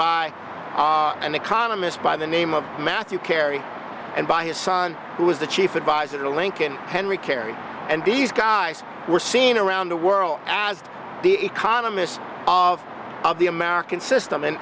by an economist by the name of matthew carey and by his son who is the chief advisor to lincoln henry carey and these guys were seen around the world as the economists of of the american system and